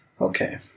Okay